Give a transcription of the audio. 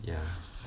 ya